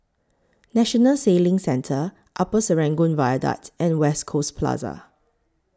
National Sailing Centre Upper Serangoon Viaduct and West Coast Plaza